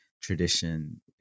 tradition